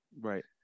Right